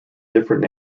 different